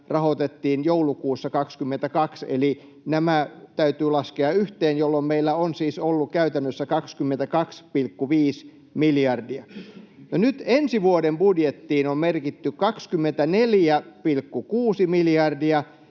rahoitettiin joulukuussa 2022, eli nämä täytyy laskea yhteen, jolloin meillä on siis ollut käytännössä 22,5 miljardia. Ja nyt ensi vuoden budjettiin on merkitty 24,6 miljardia,